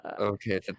okay